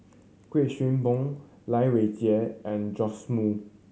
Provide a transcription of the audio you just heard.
Kuik Swee Boon Lai Weijie and Joash Moo